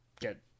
get